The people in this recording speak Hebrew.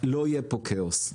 לא יהיה פה כאוס.